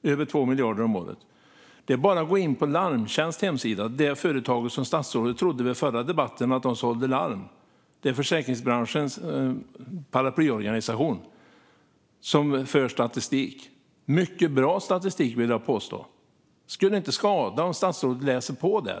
Det är bara att gå in på Larmtjänsts hemsida - det företag som statsrådet i vår förra debatt trodde säljer larm men som är försäkringsbranschens paraplyorganisation - där det finns mycket bra statistik. Det skulle inte skada om statsrådet läste på där på